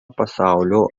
pasaulio